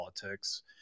politics